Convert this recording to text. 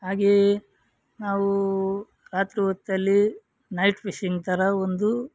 ಹಾಗೆಯೇ ನಾವು ರಾತ್ರಿ ಹೊತ್ತಲ್ಲಿ ನೈಟ್ ಫಿಶಿಂಗ್ ಥರ ಒಂದು